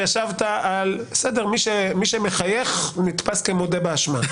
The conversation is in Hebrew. מי שמחייך, נתפס כמודה באשמה.